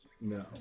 No